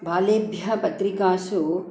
बालेभ्यः पत्रिकासु